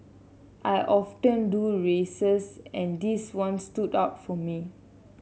I often do races and this one stood out for me